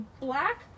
black